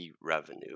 revenue